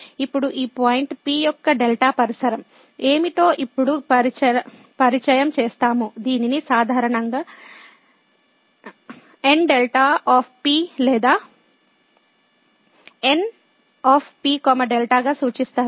ఇప్పుడు ఈ point P యొక్క డెల్టా పరిసరం ఏమిటో ఇప్పుడు పరిచయం చేస్తాము దీనిని సాధారణంగా Nδ లేదా N P δ గా సూచిస్తారు